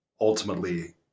ultimately